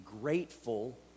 grateful